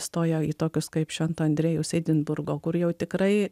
stoja į tokius kaip švento andriejaus edinburgo kur jau tikrai